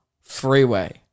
Freeway